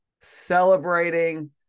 celebrating